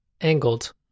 angled